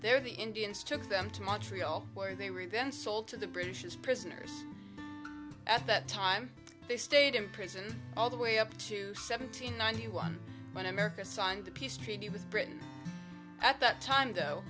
there the indians took them to montreal where they were even sold to the british as prisoners at that time they stayed in prison all the way up to seventeen ninety one when america signed the peace treaty with britain at that time though